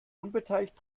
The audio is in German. unbeteiligt